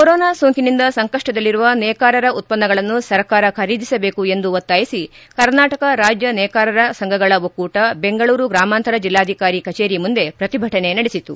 corona ಸೋಂಕಿನಿಂದ ಸಂಕಷ್ಟದಲ್ಲಿರುವ ನೇಕಾರರ ಉತ್ಪನ್ನಗಳನ್ನು ಸರ್ಕಾರ ಖರೀದಿಸಬೇಕು ಎಂದು ಒತ್ತಾಯಿಸಿ ಕರ್ನಾಟಕ ರಾಜ್ಯ ನೇಕಾರರ ಸಂಘಗಳ ಒಕ್ಕೂಟ ಬೆಂಗಳೂರು ಗ್ರಾಮಾಂತರ ಜಿಲ್ಲಾಧಿಕಾರಿ ಕಚೇರಿ ಮುಂದೆ ಪ್ರತಿಭಟನೆ ನಡೆಸಿತು